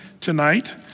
tonight